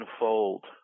unfold